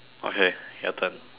okay your turn